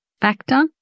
factor